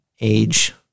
age